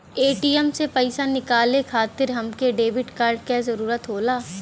ATM से पइसा निकाले खातिर हमके डेबिट कार्ड क जरूरत होला